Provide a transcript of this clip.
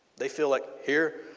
they feel like here,